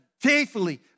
faithfully